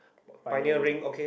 pioneer ring